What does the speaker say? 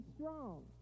strong